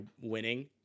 winning